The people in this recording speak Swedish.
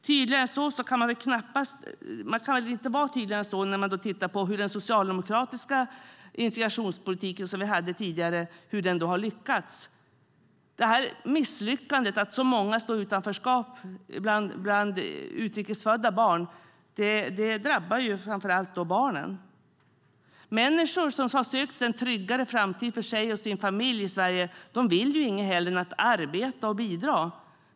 Man kan väl inte vara tydligare än så när man tittar på resultaten av den socialdemokratiska integrationspolitik som vi hade tidigare. Misslyckandet att så många står i utanförskap bland utrikesfödda barn drabbar framför allt barnen. Människor som har sökt sig en tryggare framtid för sig och sin familj i Sverige vill inget hellre än att arbeta och bidra.